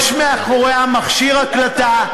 יש מאחוריה מכשיר הקלטה,